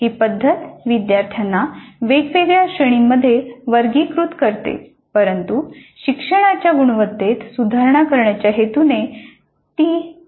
ही पद्धत विद्यार्थ्यांना वेगवेगळ्या श्रेणींमध्ये वर्गीकृत करते परंतु शिक्षणाच्या गुणवत्तेत सुधारणा करण्याच्या हेतूने ती कोणतीही सूचना देऊ शकत नाही